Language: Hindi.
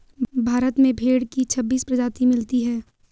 भारत में भेड़ की छब्बीस प्रजाति मिलती है